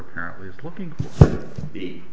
apparently is looking